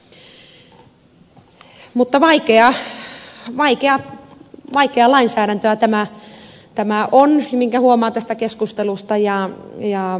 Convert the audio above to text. mutta vaikeaa lainsäädäntöä tämä on minkä huomaa tästä keskustelusta